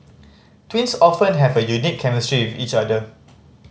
twins often have a unique chemistry with each other